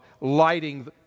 lighting